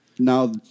Now